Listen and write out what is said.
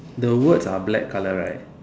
the words are black color right